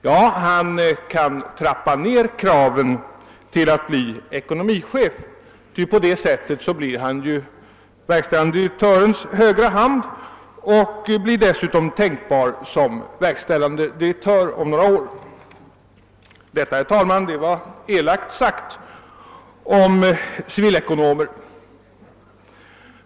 Ja, han kan trappa ned kraven till att bli ekonomichef, ty på det sättet blir han ju verkställande direktörens högra hand och är dessutom tänkbar som verkställande direktör om några år. Detta, herr talman, var elakt sagt om civilekonomer.